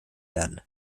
werden